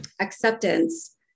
acceptance